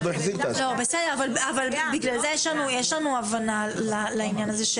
בסדר, אבל בגלל זה יש לנו הבנה לעניין הזה של